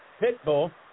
Pitbull